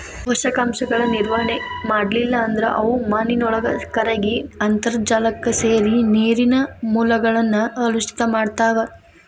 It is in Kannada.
ಪೋಷಕಾಂಶಗಳ ನಿರ್ವಹಣೆ ಮಾಡ್ಲಿಲ್ಲ ಅಂದ್ರ ಅವು ಮಾನಿನೊಳಗ ಕರಗಿ ಅಂತರ್ಜಾಲಕ್ಕ ಸೇರಿ ನೇರಿನ ಮೂಲಗಳನ್ನ ಕಲುಷಿತ ಮಾಡ್ತಾವ